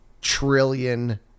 trillion